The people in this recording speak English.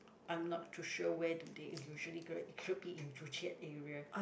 I'm not too sure where do they usually could be in Joo Chiat area